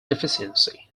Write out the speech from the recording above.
deficiency